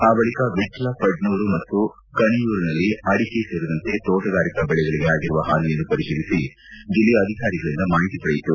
ಆ ಬಳಿಕ ವಿಟ್ಟ ಪಡ್ನೂರು ಮತ್ತು ಕಾಣಿಯೂರಿನಲ್ಲಿ ಅಡಿಕೆ ಸೇರಿದಂತೆ ತೋಟಗಾರಿಕಾ ಬೆಳೆಗಳಿಗೆ ಆಗಿರುವ ಪಾನಿಯನ್ನು ಪರಿಶೀಲಿಸಿ ಜಿಲ್ಲೆಯ ಅಧಿಕಾರಿಗಳಿಂದ ಮಾಹಿತಿ ಪಡೆಯಿತು